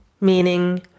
meaning